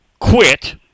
quit